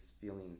feeling